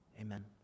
amen